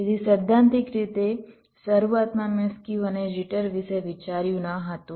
તેથી સૈદ્ધાંતિક રીતે શરૂઆતમાં મેં સ્ક્યુ અને જિટર વિશે વિચાર્યું ન હતું